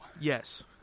Yes